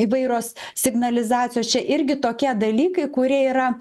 įvairios signalizacijos čia irgi tokie dalykai kurie yra